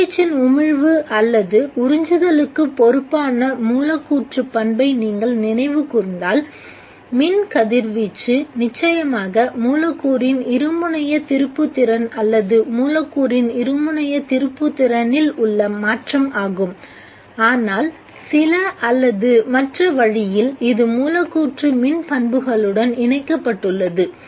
கதிர்வீச்சின் உமிழ்வு அல்லது உறிஞ்சுதலுக்கு பொறுப்பான மூலக்கூற்றுப் பண்பை நீங்கள் நினைவு கூர்ந்தால் மின் கதிர்வீச்சு நிச்சயமாக மூலக்கூறின் இருமுனைய திருப்புத்திறன் அல்லது மூலக்கூறின் இருமுனையத் திருப்புத்திறனில் உள்ள மாற்றம் ஆகும் ஆனால் சில அல்லது மற்ற வழியில் இது மூலக்கூற்று மின் பண்புகளுடன் இணைக்கப்பட்டுள்ளது